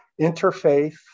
interfaith